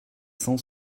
cent